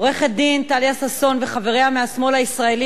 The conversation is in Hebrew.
עורכת-הדין טליה ששון וחבריה מהשמאל הישראלי